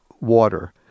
water